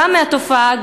גם מהתופעה,